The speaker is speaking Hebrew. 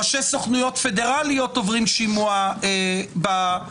ראשי סוכנויות פדרליות עוברים שימוע בסנט,